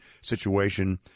situation